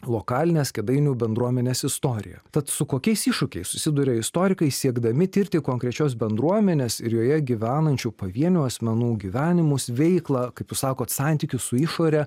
lokalinės kėdainių bendruomenės istoriją tad su kokiais iššūkiais susiduria istorikai siekdami tirti konkrečios bendruomenės ir joje gyvenančių pavienių asmenų gyvenimus veiklą kaip jūs sakot santykius su išore